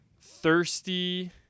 thirsty